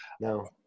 No